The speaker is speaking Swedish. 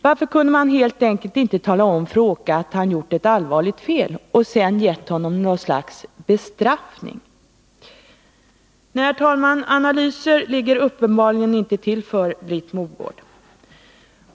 Varför kunde man helt enkelt inte talat om för Åke att han gjort ett allvarligt fel och sen gett honom något slags bestraffning?” Herr talman! Analyser ligger uppenbarligen inte för Britt Mogård.